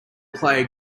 player